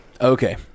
okay